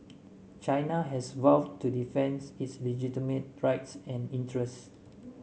China has vowed to defends its legitimate rights and interests